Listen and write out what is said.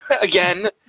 again